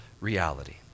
reality